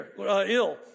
ill